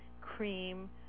cream